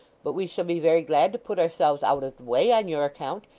but we shall be very glad to put ourselves out of the way on your account,